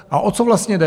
A o co vlastně jde?